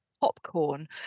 Popcorn